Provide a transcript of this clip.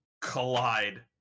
collide